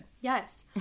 Yes